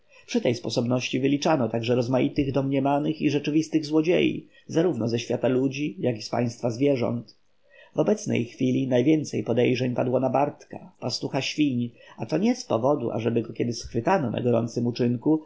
przy tej sposobności wyliczano także rozmaitych domniemanych i rzeczywistych złodziei zarówno ze świata ludzi jak i państwa zwierząt w obecnej chwili najwięcej podejrzeń padało na bartka pastucha świń a to nie z powodu żeby go kiedy schwytano na gorącym uczynku